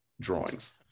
drawings